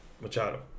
Machado